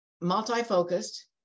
multi-focused